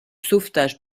sauvetage